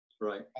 Right